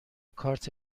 کارت